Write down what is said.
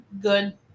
good